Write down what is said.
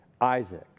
Isaac